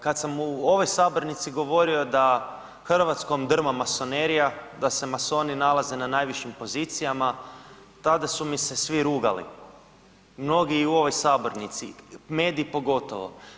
Kad sam u ovoj sabornici govorio da Hrvatskom drma masonerija, da se masoni nalaze na najvišim pozicijama tada su mi se svi rugali, mnogi i u ovoj sabornici, mediji pogotovo.